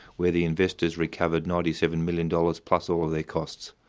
where the investors recovered ninety seven million dollars plus all their costs,